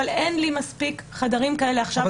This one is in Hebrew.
אבל אין לי מספיק חדרים כאלה עכשיו,